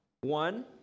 One